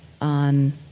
on